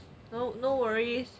no no worries